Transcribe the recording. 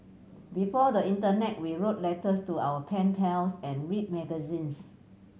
before the internet we wrote letters to our pen pals and read magazines